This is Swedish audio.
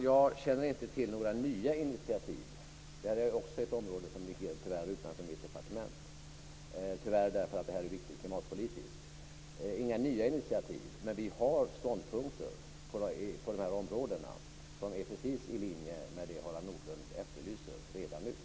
Tack. Därmed är den utsatta tiden överskriden. Det är ytterligare ett tiotal som har anmält sig. Jag beklagar att inte alla har kunnat få komma till tals. Jag tackar företrädarna för regeringen för att de har kommit hit och svarat på kammarledamöternas frågor.